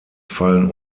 fallen